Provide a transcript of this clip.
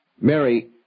Mary